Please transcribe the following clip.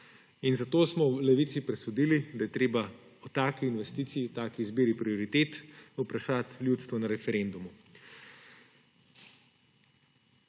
Zato smo v Levici presodili, da je treba o taki investiciji, o taki izbiri prioritet povprašati ljudstvo na referendumu.